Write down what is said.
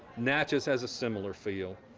natchez has a similar feel,